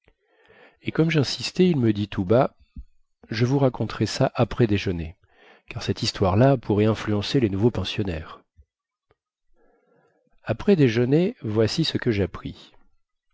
et comme jinsistais il me dit tout bas je vous raconterai ça après déjeuner car cette histoire-là pourrait influencer les nouveaux pensionnaires après déjeuner voici ce que jappris